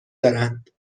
دارند